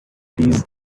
please